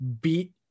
beat